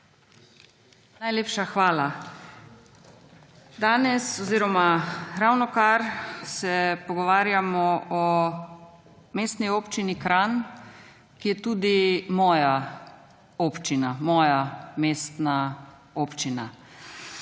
Najlepša hvala. Danes oziroma ravnokar se pogovarjamo o Mestni občini Kranj, ki je tudi moja občina, moja mestna občina.